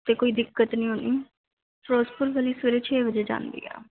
ਅਤੇ ਕੋਈ ਦਿੱਕਤ ਨਹੀਂ ਆਉਣੀ ਫਿਰੋਜ਼ਪੁਰ ਵਾਲੀ ਸਵੇਰੇ ਛੇ ਵਜੇ ਜਾਂਦੀ ਆ